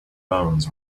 bones